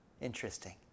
Interesting